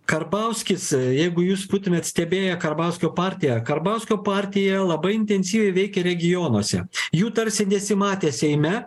karbauskis jeigu jūs būtumėt stebėję karbauskio partiją karbauskio partija labai intensyviai veikė regionuose jų tarsi nesimatė seime